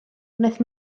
wnaeth